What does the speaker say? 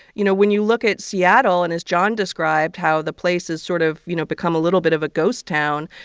you know, when you look at seattle and as jon described, how the place has sort of, you know, become a little bit of a ghost town,